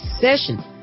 session